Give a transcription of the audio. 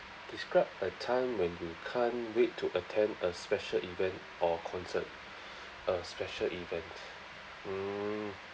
describe a time when you can't wait to attend a special event or concert a special event mm